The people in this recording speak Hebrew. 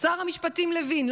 שר המשפטים לוין,